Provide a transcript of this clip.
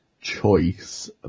choice